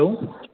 छा त चओ